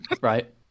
right